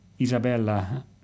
isabella